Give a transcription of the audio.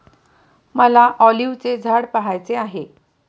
मला ऑलिव्हचे झाड पहायचे आहे